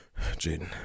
Jaden